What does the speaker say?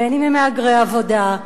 בין שהם מהגרי עבודה,